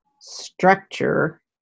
structure